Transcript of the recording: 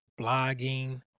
blogging